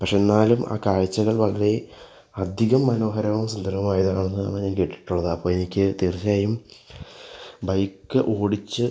പക്ഷെ എന്നാലും ആ കാഴ്ചകൾ വളരെ അധികം മനോഹരവും സുന്ദരവും ആയതാണെന്നാണ് ഞാൻ കേട്ടിട്ടുള്ളത് അപ്പോൾ എനിക്ക് തീർച്ചയായും ബൈക്ക് ഓടിച്ച്